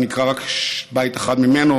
אני אקרא רק בית אחד ממנו.